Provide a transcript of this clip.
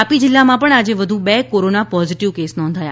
તાપી જિલ્લામાં આજે વધુ બે કોરોના પોઝિટિવ કેસ નોંધાયા